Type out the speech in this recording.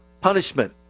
punishment